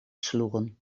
sloegen